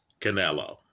canelo